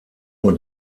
nur